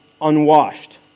unwashed